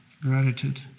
Gratitude